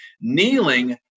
Kneeling